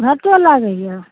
भट्टो लागैए